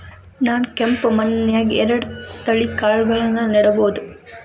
ನಾನ್ ಕೆಂಪ್ ಮಣ್ಣನ್ಯಾಗ್ ಎರಡ್ ತಳಿ ಕಾಳ್ಗಳನ್ನು ನೆಡಬೋದ?